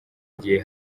igihe